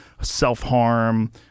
self-harm